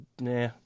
nah